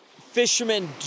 fishermen